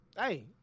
hey